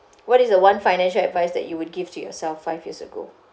what is the one financial advice that you would give to yourself five years ago